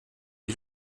wie